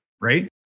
right